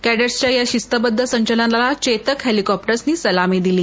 कॅडेटच्या शिस्तबद्ध संचलनाला चेतक हेलिकॉप्टरन सलामी दिली